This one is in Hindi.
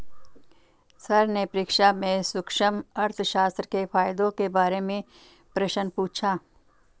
सर ने परीक्षा में सूक्ष्म अर्थशास्त्र के फायदों के बारे में प्रश्न पूछा